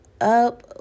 up